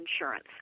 insurance